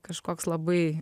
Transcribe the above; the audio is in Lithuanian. kažkoks labai